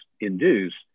induced